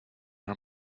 her